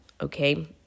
Okay